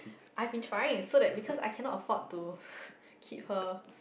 I've been trying so that because I cannot afford to keep her